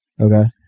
Okay